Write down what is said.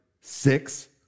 six